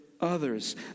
others